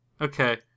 okay